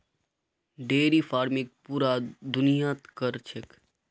dairy farming पूरा दुनियात क र छेक